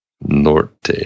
Norte